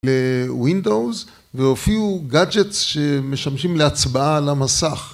ל-Windows והופיעו גאדג'טס שמשמשים להצבעה על המסך.